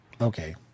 Okay